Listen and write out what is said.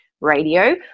radio